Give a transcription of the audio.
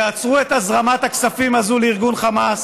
יעצרו את הזרמת הכספים הזאת לארגון חמאס